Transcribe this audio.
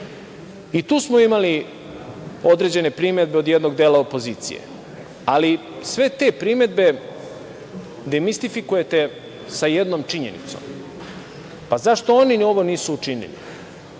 smo imali određene primedbe od jednog dela opozicije, ali sve te primedbe demistifikujete sa jednom činjenicom, pa zašto oni ovo nisu učinili?